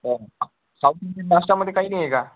south Indian नाश्त्यामध्ये काही नाही आहे का